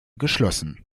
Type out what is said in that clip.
geschlossen